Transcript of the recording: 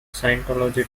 scientology